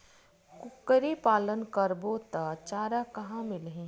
कुकरी पालन करबो त चारा कहां मिलही?